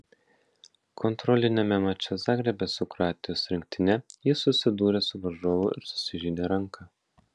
kontroliniame mače zagrebe su kroatijos rinktine jis susidūrė su varžovu ir susižeidė ranką